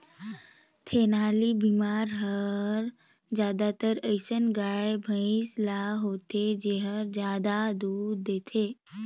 थनैल बेमारी हर जादातर अइसन गाय, भइसी ल होथे जेहर जादा दूद देथे